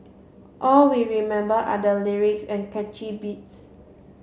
all we remember are the lyrics and catchy beats